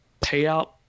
payout